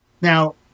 Now